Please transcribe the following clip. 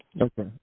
Okay